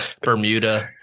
Bermuda